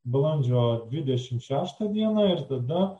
balandžio dvidešimt šeštą dieną ir tada